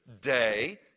Day